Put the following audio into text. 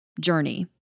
journey